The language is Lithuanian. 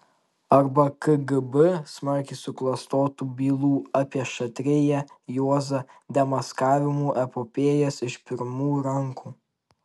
arba kgb smarkiai suklastotų bylų apie šatriją juozą demaskavimų epopėjas iš pirmų rankų